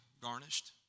garnished